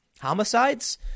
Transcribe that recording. Homicides